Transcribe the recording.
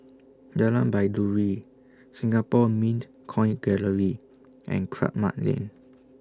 Jalan Baiduri Singapore Mint Coin Gallery and Kramat Lane